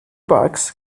box